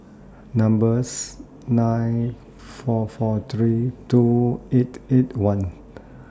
number's nine four four three two eight eight one